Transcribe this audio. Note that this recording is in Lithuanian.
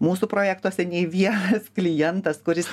mūsų projektuose nei vienas klientas kuris